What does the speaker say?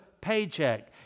paycheck